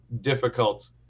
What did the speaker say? difficult